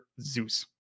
Zeus